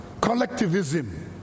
collectivism